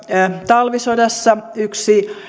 talvisodassa yksi